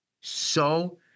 so-